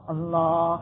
Allah